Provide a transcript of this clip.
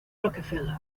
rockefeller